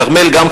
ו"כרמל" גם,